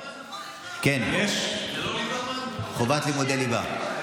כן, חובת לימודי ליבה.